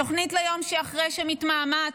תוכנית ליום שאחרי מתמהמהת.